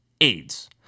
AIDS